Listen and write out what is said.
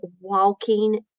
walking